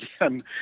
again